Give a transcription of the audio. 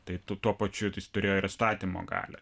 tai tuo pačiu jis turėjo ir įstatymo galią